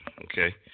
okay